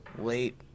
late